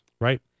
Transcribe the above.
Right